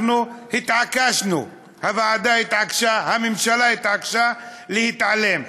התעקשנו, הוועדה התעקשה, הממשלה התעקשה להתעלם.